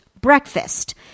breakfast